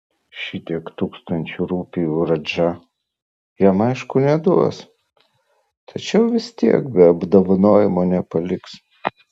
šitiek tūkstančių rupijų radža jam aišku neduos tačiau vis tiek be apdovanojimo nepaliks